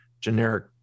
generic